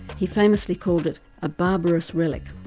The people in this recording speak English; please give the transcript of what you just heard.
he famously called it a barbarous relic.